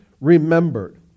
remembered